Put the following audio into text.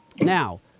Now